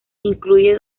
incluye